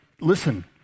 listen